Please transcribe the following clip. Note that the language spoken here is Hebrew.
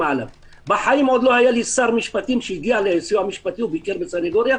בחיים לא היה שר משפטים שהגיע לסיוע משפטי והגיע לסניגוריה,